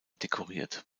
dekoriert